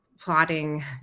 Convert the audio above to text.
plotting